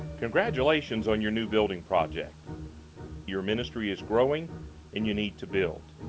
congratulations on your new building project your ministry is growing and you need to build